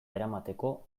eramateko